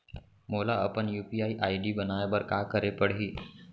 मोला अपन UPI ID बनाए बर का करे पड़ही?